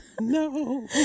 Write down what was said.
No